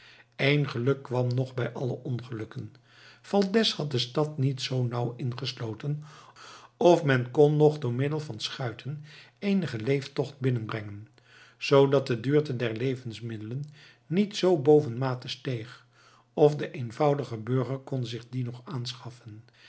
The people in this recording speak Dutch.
één geluk kwam nog bij alle ongelukken valdez had de stad niet z nauw ingesloten of men kon nog door middel van schuiten eenigen leeftocht binnenbrengen zoodat de duurte der levensmiddelen niet zoo boven mate steeg of de eenvoudige burger kon zich die nog aanschaffen